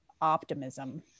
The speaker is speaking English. optimism